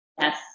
Yes